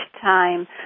time